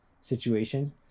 situation